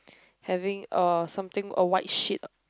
having uh something a white sheet